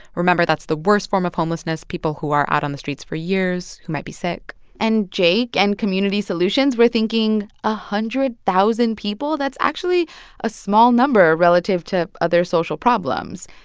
remember that's the worst form of homelessness people who are out on the streets for years, who might be sick and jake and community solutions were thinking a hundred thousand people that's actually a small number relative to other social problems.